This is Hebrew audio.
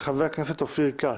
פ/71/23, הצעת חבר הכנסת אופיר כץ.